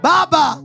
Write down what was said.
Baba